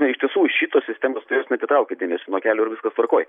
na iš tiesų šitos sistemos tai jos neatitraukia dėmesio nuo kelio ir viskas tvarkoj